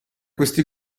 questi